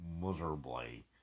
miserably